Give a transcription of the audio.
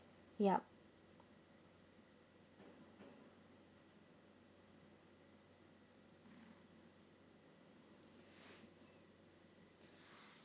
yup